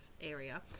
area